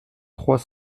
trois